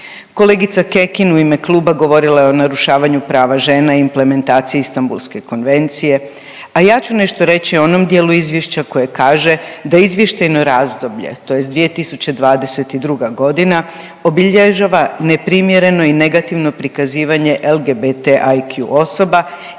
Kolegica Kekin u ime kluba govorila je o narušavanju prava žena i implementaciji Istambulske konvencije, a ja ću nešto reći o onom dijelu izvješća koje kaže da izvještajno razdoblje, tj. 2022. godina obilježava neprimjereno i negativno prikazivanje LGBT IQ osoba